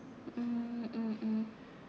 mm mm mm